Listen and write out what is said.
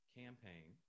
campaign